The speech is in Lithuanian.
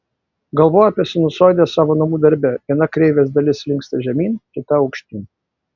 galvojo apie sinusoidę savo namų darbe viena kreivės dalis linksta žemyn kita aukštyn